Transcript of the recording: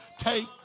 take